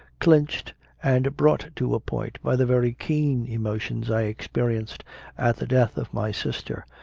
clinched and brought to a point by the very keen emotions i experienced at the death of my sister,